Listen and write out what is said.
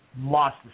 lots